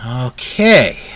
Okay